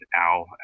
Al